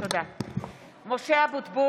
(קוראת בשמות חברי הכנסת) משה אבוטבול,